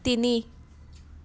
তিনি